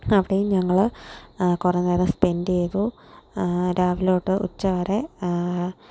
അവിടെയും ഞങ്ങൾ കുറേ നേരം സ്പെന്റ് ചെയ്തു രാവിലെ തൊട്ട് ഉച്ചവരെ